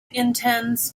intends